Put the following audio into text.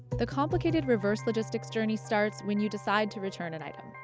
the complicated reverse logistics journey starts when you decide to return an item.